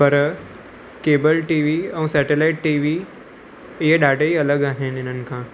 पर cable TV ऐं satellite TV इए ॾाढे ई अलॻि आहिनि हिननि खां